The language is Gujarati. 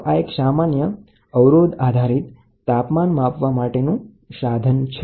તો આ એક સામાન્ય અવરોધ આધારિત તાપમાન માપવા માટેનું સાધન છે